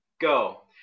Go